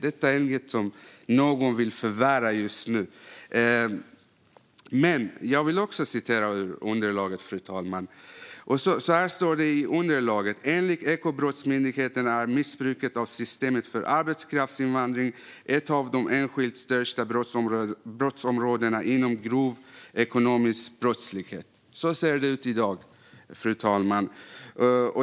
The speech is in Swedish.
Det är inget som någon vill förvärra just nu. Men jag vill också återge något ur underlaget, fru talman. Så här står det: Enligt Ekobrottsmyndigheten är missbruket av systemet för arbetskraftsinvandring ett av de enskilt största brottsområdena inom grov ekonomisk brottslighet. Så ser det ut i dag, fru talman.